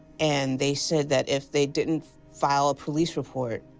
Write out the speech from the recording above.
and they said that if they didn't file a police report,